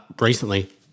recently